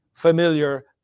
familiar